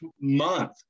month